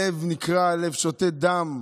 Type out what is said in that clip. הלב נקרע, הלב שותת דם.